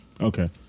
Okay